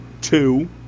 two